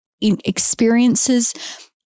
experiences